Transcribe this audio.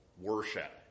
worship